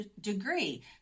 degree